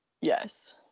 Yes